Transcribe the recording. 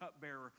cupbearer